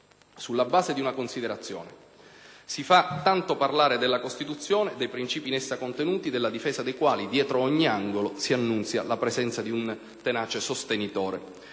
sulla base di una considerazione: si fa tanto parlare della Costituzione e dei princìpi in essa contenuti, della difesa dei quali dietro ogni angolo si annunzia la presenza di un tenace sostenitore.